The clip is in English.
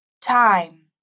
time